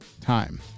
time